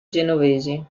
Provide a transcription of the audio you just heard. genovesi